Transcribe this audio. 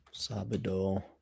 Sabado